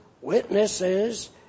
witnesses